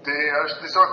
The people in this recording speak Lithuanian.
tai aš tiesiog